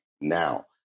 now